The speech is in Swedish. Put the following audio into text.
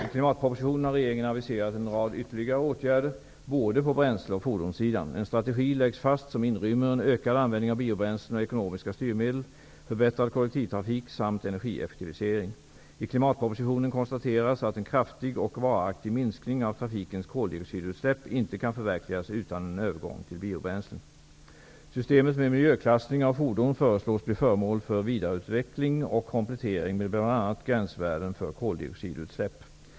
I klimatpropositionen har regeringen aviserat en rad ytterligare åtgärder, både på bränsle och fordonssidan. En strategi läggs fast som inrymmer en ökad användning av biobränslen och ekonomiska styrmedel, förbättrad kollektivtrafik samt energieffektivisering. I klimatpropositionen konstateras att en kraftig och varaktig minskning av trafikens koldioxidutsläpp inte kan förverkligas utan en övergång till biobränslen. Systemet med miljöklassning av fordon föreslås bli föremål för vidareutveckling och komplettering med bl.a. gränsvärden för koldioxidutsläpp.